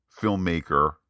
filmmaker